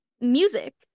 music